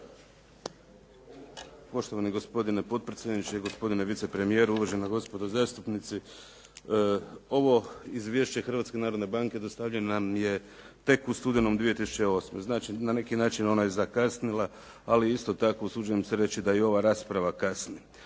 Poštovani gospodine potpredsjedniče, gospodine vicepremijeru, uvažena gospodo zastupnici. Ovo izvješće Hrvatske narodne banke dostavljeno nam je tek u studenom 2008. Znači, na neki način ona je zakasnila ali isto tako usuđujem se reći da i ova rasprava kasni.